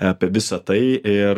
apie visa tai ir